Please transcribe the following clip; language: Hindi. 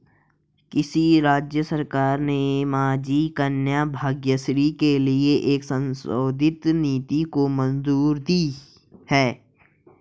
किस राज्य सरकार ने माझी कन्या भाग्यश्री के लिए एक संशोधित नीति को मंजूरी दी है?